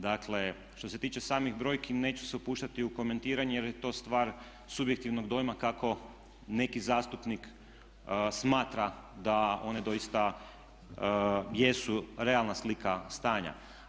Dakle, što se tiče samih brojki neću se upuštati u komentiranje jer je to stvar subjektivnog dojma kako neki zastupnik smatra da one doista jesu realna slika stanja.